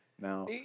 now